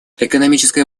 экономическое